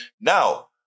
now